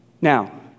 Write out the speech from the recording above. Now